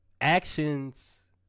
Actions